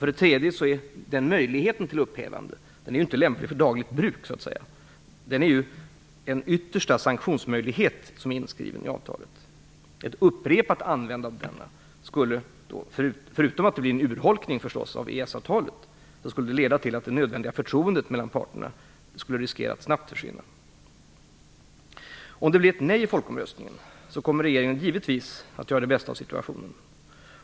För det tredje är möjligheten till upphävande inte lämplig för dagligt bruk, utan den är en yttersta sanktionsmöjlighet som är inskriven i avtalet. Ett upprepat användande av denna skulle - förutom att det blir en urholkning av EES-avtalet - leda till att det nödvändiga förtroendet mellan parterna riskerar att snabbt försvinna. Om det blir ett nej i folkomröstningen kommer regeringen givetvis att göra det bästa av situationen.